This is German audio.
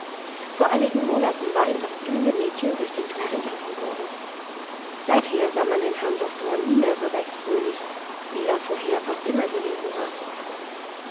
vor einigen monaten war ihm das blühende mädchen durch den tod entrissen worden seither sah man den herrn doktor nie mehr so recht fröhlich wie er vorher fast immer gewesen war